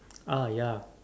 ah ya